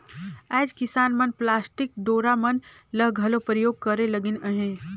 आएज किसान मन पलास्टिक डोरा मन ल घलो परियोग करे लगिन अहे